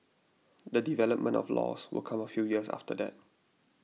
the development of laws will come a few years after that